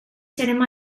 serem